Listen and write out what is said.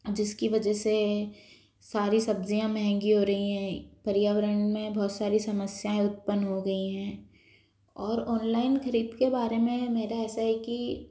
जिसकी वजह से सारी सब्जियां महंगी हो रही है पर्यावरण में बहुत सारी समस्याएं उत्पन्न हो गई हैं और ऑनलाइन खरीद के बारे में मेरा ऐसे है कि